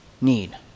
need